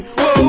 whoa